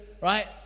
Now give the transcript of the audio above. right